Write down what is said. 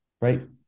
right